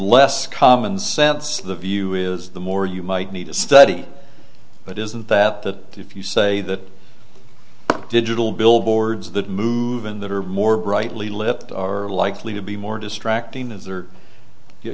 less common sense view is the more you might need to study it isn't that that if you say that digital billboards that move in that are more brightly lit or likely to be more distracting as or